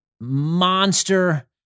monster